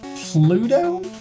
Pluto